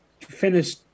finish